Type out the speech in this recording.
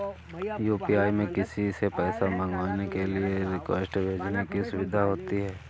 UPI में किसी से पैसा मंगवाने के लिए रिक्वेस्ट भेजने की सुविधा होती है